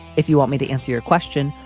if you want me to answer your question,